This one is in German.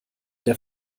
der